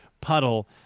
puddle